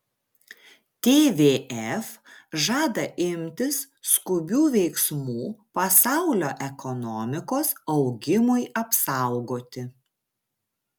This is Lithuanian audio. tvf žada imtis skubių veiksmų pasaulio ekonomikos augimui apsaugoti